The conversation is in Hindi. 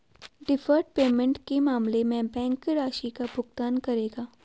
डैफर्ड पेमेंट के मामले में बैंक राशि का भुगतान करेगा